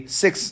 six